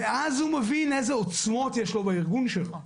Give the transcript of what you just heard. ואז הוא מבין איזה עוצמות יש לו בארגון שלו.